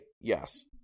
yes